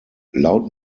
loud